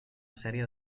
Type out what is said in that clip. sèrie